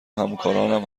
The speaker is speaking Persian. همکارانم